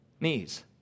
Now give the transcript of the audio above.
knees